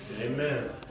Amen